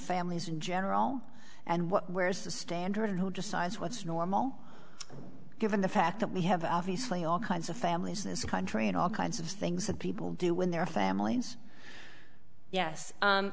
families in general and what where's the standard and who decides what's normal given the fact that we have obviously all kinds of families in this country and all kinds of things that people do when their families yes